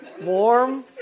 Warm